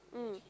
mm